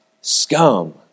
scum